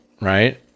right